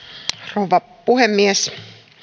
rouva puhemies